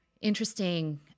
interesting